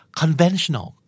conventional